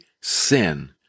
sin